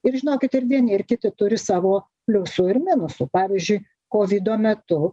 ir žinokit ir vieni ir kiti turi savo pliusų ir minusų pavyzdžiui kovido metu